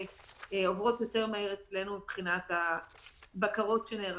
שעוברות יותר מהר אצלנו מבחינת הבקרות שנערכו.